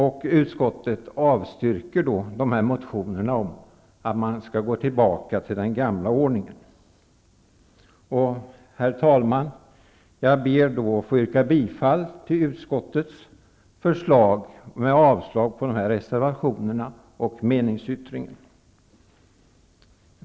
Utskottet avstyrker motionerna om att man skall gå tillbaka till den gamla ordningen. Herr talman! Jag ber att få yrka bifall till utskottets förslag med avslag på reservationerna och meningsyttringen.